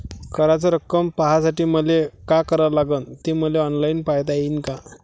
कराच रक्कम पाहासाठी मले का करावं लागन, ते मले ऑनलाईन पायता येईन का?